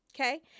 Okay